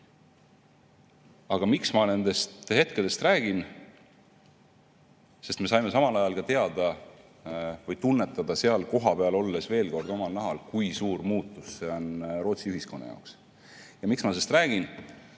Aga miks ma nendest hetkedest räägin? Sest me saime samal ajal ka teada või tunnetada seal kohapeal olles veel kord omal nahal, kui suur muutus see on Rootsi ühiskonna jaoks. Ja miks ma sellest räägin?